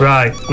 Right